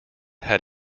had